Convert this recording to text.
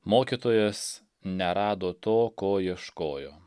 mokytojas nerado to ko ieškojo